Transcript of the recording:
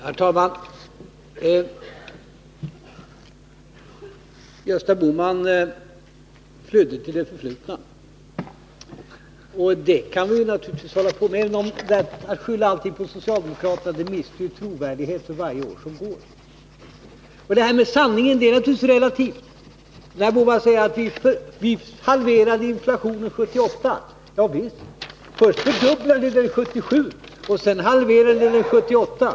Herr talman! Gösta Bohman flydde till det förflutna, och det kan vi naturligtvis hålla på med även om detta att skylla allting på socialdemokraterna mister i trovärdighet för varje år som går. Och det här med sanningen är naturligtvis relativt. Gösta Bohman säger att man halverade inflationen 1978. Ja visst, först fördubblade ni den 1977 och sedan halverade ni den 1978.